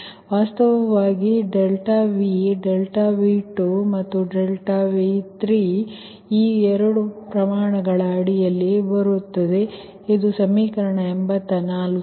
ಆದ್ದರಿಂದ Vವಾಸ್ತವವಾಗಿ V2 ಮತ್ತು V3 ಈ 2 ಪ್ರಮಾಣಗಳ ಅಡಿಯಲ್ಲಿ ಬರುತ್ತದೆ ಇದು ಸಮೀಕರಣ 84